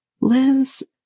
Liz